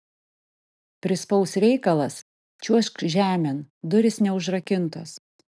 prispaus reikalas čiuožk žemėn durys neužrakintos